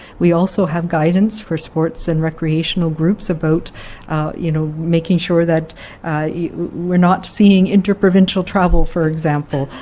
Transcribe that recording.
we also have guidance for sports and recreational groups about you know making sure that we are not seeing interprovincial travel, for example,